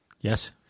Yes